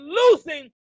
losing